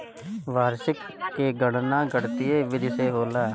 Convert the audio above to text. वार्षिकी के गणना गणितीय विधि से होला